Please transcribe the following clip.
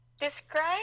Describe